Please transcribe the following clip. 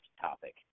topic